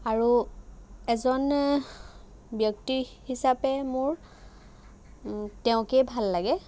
আৰু এজন ব্যক্তি হিচাপে মোৰ তেওঁকেই ভাল লাগে